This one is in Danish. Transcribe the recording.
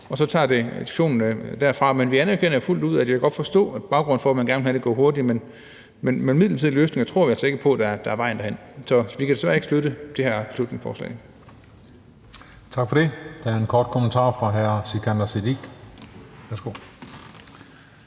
og så tager diskussionen derfra. Vi anerkender fuldt ud og kan godt forstå baggrunden for, at man gerne vil have, at det går hurtigt, men midlertidige løsninger tror vi altså ikke på er vejen derhen. Så vi kan desværre ikke støtte det her beslutningsforslag. Kl. 16:05 Den fg. formand (Christian Juhl): Tak for